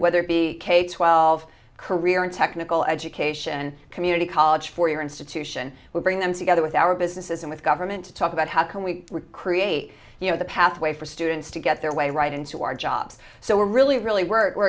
whether it be twelve career in technical education community college for your institution we bring them together with our businesses and with government to talk about how can we create you know the pathway for students to get their way right into our jobs so we're really really wor